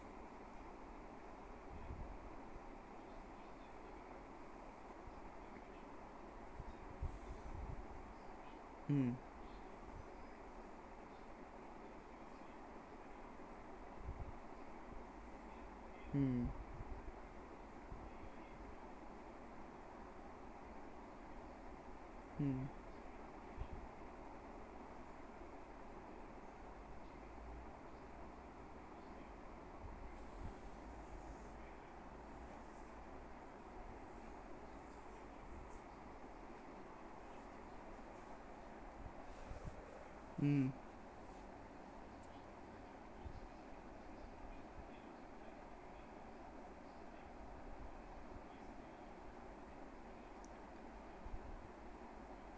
mm mm mm mm